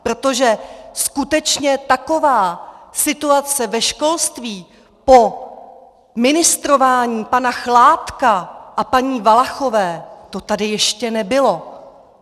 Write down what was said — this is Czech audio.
Protože skutečně taková situace ve školství po ministrování pana Chládka a paní Valachové, to tady ještě nebylo.